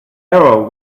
error